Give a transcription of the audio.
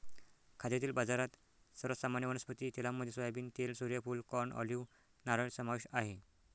खाद्यतेल बाजारात, सर्वात सामान्य वनस्पती तेलांमध्ये सोयाबीन तेल, सूर्यफूल, कॉर्न, ऑलिव्ह, नारळ समावेश आहे